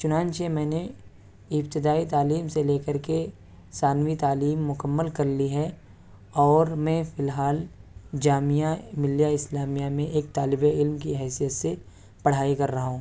چنانچہ میں نے ابتدائی تعلیم سے لے کر کے ثانوی تعلیم مکمل کر لی ہے اور میں فی الحال جامعہ ملیہ اسلامیہ میں ایک طالب علم کی حیثیت سے پڑھائی کر رہا ہوں